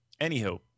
Anywho